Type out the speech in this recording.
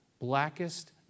Blackest